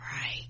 right